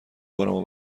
بارمو